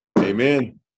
Amen